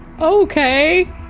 Okay